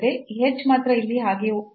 ಈ h ಮಾತ್ರ ಇಲ್ಲಿ ಹಾಗೆ ಇರುತ್ತದೆ